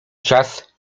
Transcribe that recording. czas